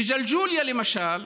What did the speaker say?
בג'לג'וליה, למשל,